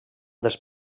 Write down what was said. dels